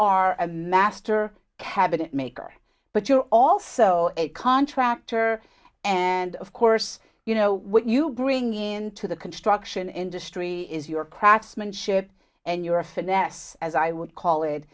are a master cabinet maker but you're also a contractor and of course you know what you bring into the construction industry is your cracksman ship and your if and that's as i would call it